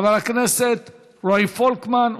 חבר הכנסת רועי פולקמן,